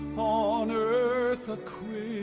on earth a quill